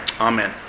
Amen